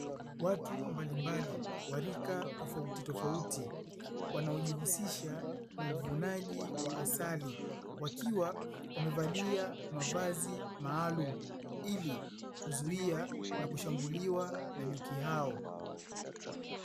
Watu mbalimbali wa rika tofauti tofauti wanajihusisha na uvunaji wa asali wakiwa wamevalia mavazi maalumu ili kuzuia na kushambuliwa na nyuki hao.